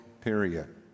period